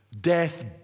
death